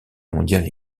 mondiale